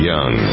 Young